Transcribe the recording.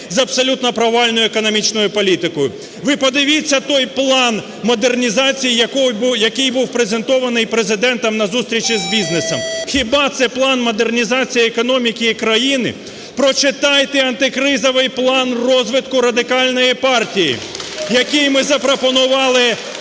з абсолютно провальною економічною політикою. Ви подивіться той план модернізації, який був презентований Президентом на зустрічі з бізнесом! Хіба це план модернізації економіки і країни? Прочитайте антикризовий план розвитку Радикальної партії, який ми запропонували